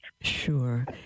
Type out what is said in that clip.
Sure